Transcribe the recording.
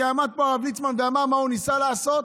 כי עמד פה הרב ליצמן ואמר מה הוא ניסה לעשות.